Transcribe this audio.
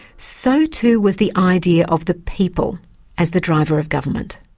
so too was the idea of the people as the driver of government.